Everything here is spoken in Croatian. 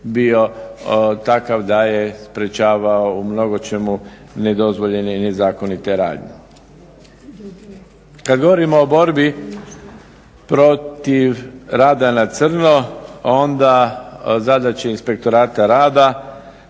bio takav da je sprečavao u mnogočemu nedozvoljene i nezakonite radnje. Kada govorimo o borbi protiv rada na crno onda zadaće inspektorata rada